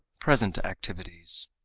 present activities